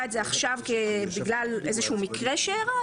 את זה עכשיו בגלל איזשהו מקרה שאירע,